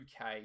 UK